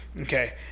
Okay